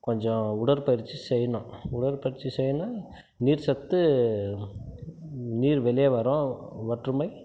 கொஞ்சம் உடற்பயிற்சி செய்யணும் உடற்பயிற்சி செய்யணுன்னால் நீர் சத்து நீர் வெளியே வரும் மற்றும்